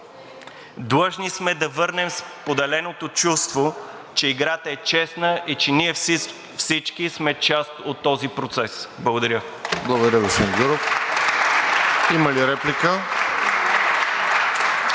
Длъжни сме да върнем споделеното чувство, че играта е честна и че всички ние сме част от този процес! Благодаря.